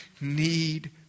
need